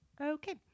Okay